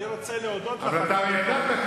אני רוצה להודות לך.